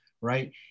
right